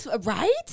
right